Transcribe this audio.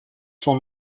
son